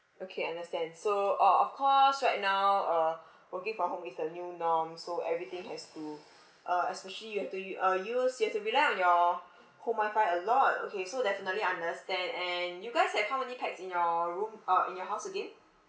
okay understand so uh of course right now uh working from home is the new norm so everything has to uh especially you have to u~ uh use you have to rely on your home wifi a lot okay so definitely understand and you guys have how many pax in your room uh in your house again